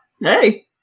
Hey